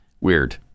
Weird